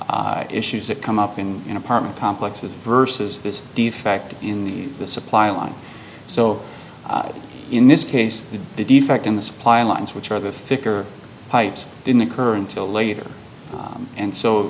issues that come up in an apartment complexes versus this defect in the supply line so in this case the defect in the supply lines which are the thicker pipes didn't occur until later and so